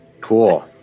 Cool